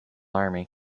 army